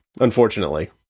unfortunately